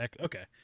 Okay